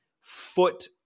foot